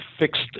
fixed